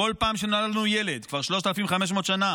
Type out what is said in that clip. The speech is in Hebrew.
כבר 3,500 שנה,